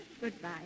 Goodbye